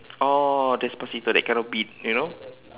oh despacito that kind of beat you know